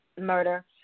murder